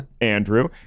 andrew